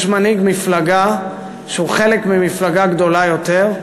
יש מנהיג מפלגה שהוא חלק ממפלגה גדולה יותר,